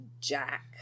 Jack